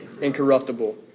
incorruptible